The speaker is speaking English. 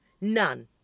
None